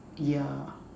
yeah